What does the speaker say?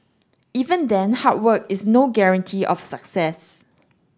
even then hard work is no guarantee of success